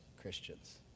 Christians